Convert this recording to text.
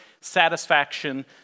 satisfaction